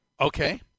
Okay